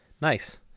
Nice